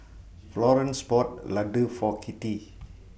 Florance bought Ladoo For Kitty